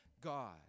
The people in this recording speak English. God